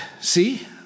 See